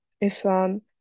Islam